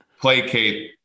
placate